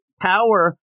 power